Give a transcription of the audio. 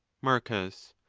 marcus.